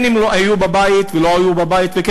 כן, הם לא היו בבית וכן היו בבית.